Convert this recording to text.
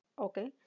Okay